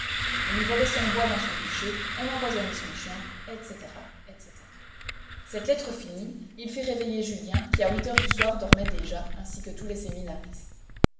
on lui volait son bois dans son bûcher on empoisonnait son chien etc etc cette lettre finie il fit réveiller julien qui à huit heures du soir dormait déjà ainsi que tous les séminaristes